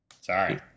sorry